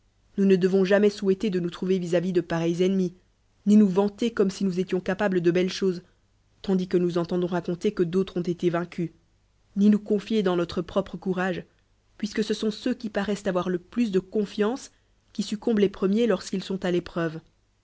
nous nons nedevons jamais souhaiter de nous trouvet vis a eis de pareils ennemis ui nous vanter comme si nous étions capables de belles choses tandis que nous entendons racaiitet que d'autres ont été vaincus ni nous coni el dans notre propre courage puisque ce sont ceux qui paroissent avoir le plus de confiance qui succombent les premiers lorsqu'ils sont à l'épreuve